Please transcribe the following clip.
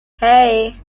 hey